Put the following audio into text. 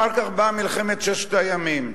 אחר כך באה מלחמת ששת הימים.